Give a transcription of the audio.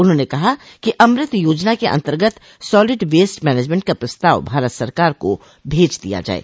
उन्होंने कहा कि अमृत योजना के अन्तर्गत सालिड वेस्ट मैनेजमेंट का प्रस्ताव भारत सरकार को भेज दिया जाये